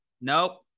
nope